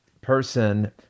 person